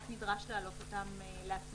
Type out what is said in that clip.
רק נדרש להעלות אותם להצבעה.